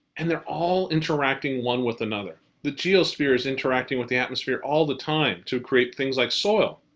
and they're all interacting one with another. the geosphere is interacting with the atmosphere all the time to create things like soil.